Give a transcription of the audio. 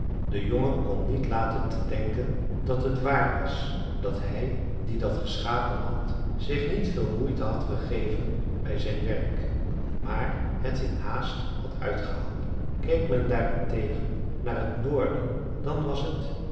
de jongen kon niet laten te denken dat het waar was dat hij die dat geschapen had zich niet veel moeite had gegeven bij zijn werk maar het in haast had uitgehouwen keek men daarentegen naar het noorden dan was het